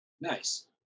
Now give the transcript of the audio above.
Nice